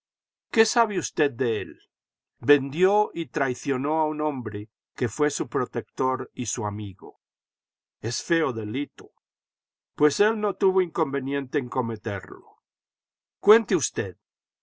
qué sabe usted de él vendió y traicionó a un hombre que fué su protector y su amigo es feo delito pues él no tuvo inconveniente en cometerlo icuente usted